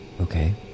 Okay